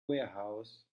warehouse